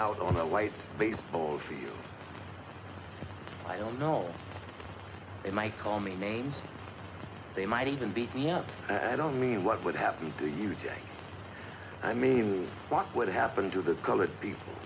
out on a white baseball field i don't know him i call me names they might even beat me up i don't mean what would happen to you today i mean what would happen to the colored people